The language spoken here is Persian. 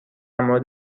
مورد